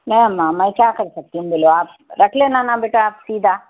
نانا میں کیا کر سکتی ہوں بولے آپ رکھ لینا نا بیٹا آپ سیدھا